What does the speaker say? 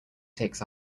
takes